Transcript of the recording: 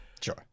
Sure